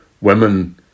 women